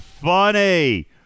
funny